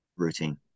routine